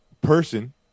person